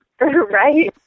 Right